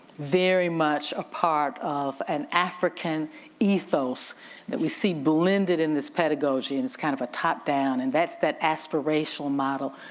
very much a part of an african ethos that we see blended in this pedagogy and it's kind of a top-down and that's that aspirational model,